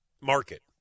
market